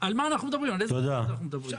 אני לא אחזור על מרבית הדברים שאמרו פה,